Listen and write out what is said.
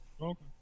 Okay